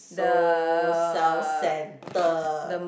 so self centered